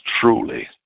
truly